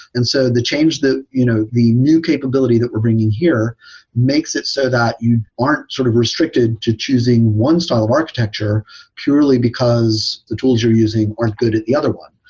and so the change that you know the new capability that we're bringing here makes it so that you aren't sort of restricted to choosing one style of architecture purely because the tools you're using aren't good at the other one.